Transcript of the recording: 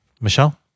Michelle